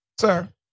sir